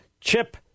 Chip